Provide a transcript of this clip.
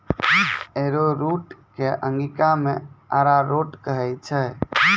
arrowroot कॅ अंगिका मॅ अरारोट कहै छै